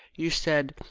you said,